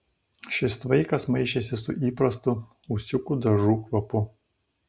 šis tvaikas maišėsi su įprastu ūsiukų dažų kvapu